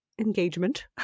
engagement